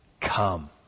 Come